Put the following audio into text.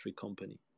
company